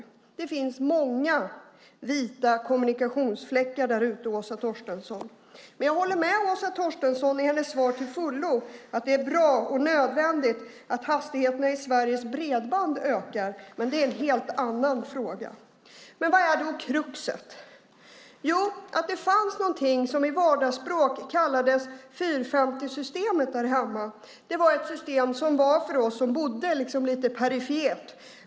Det finns många vita kommunikationsfläckar där ute, Åsa Torstensson. Jag håller till fullo med om Åsa Torstenssons svar att det är bra och nödvändigt att hastigheterna i Sveriges bredband ökar, men det är en helt annan fråga. Vad är då kruxet? Jo, att det fanns någonting som med vardagsspråk kallades för 450-systemet där hemma. Det var ett system som var för oss som bodde liksom lite perifert.